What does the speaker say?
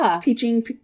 teaching